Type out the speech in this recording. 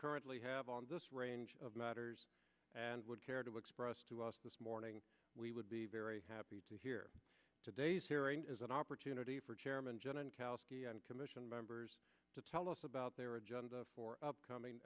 currently have on this range of matters and would care to express to us this morning we would be very happy to hear today's hearing is an opportunity for chairman genin koski and commission members to tell us about their agenda for upcoming